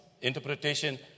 interpretation